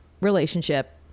relationship